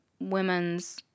women's